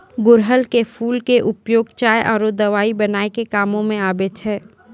गुड़हल के फूल के उपयोग चाय आरो दवाई बनाय के कामों म आबै छै